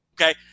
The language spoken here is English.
Okay